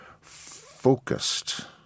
focused